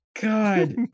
God